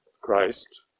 Christ